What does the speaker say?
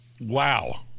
Wow